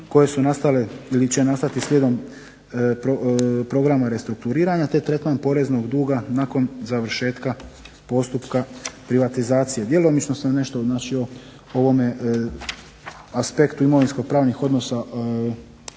koje su nastale ili će nastati slijedom programa restrukturiranja, te tretman poreznog duga nakon završetka postupka privatizacije. Djelomično sam nešto …/Govornik se ne razumije./… ovome aspektu imovinsko-pravnih odnosa